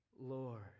Lord